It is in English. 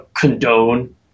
condone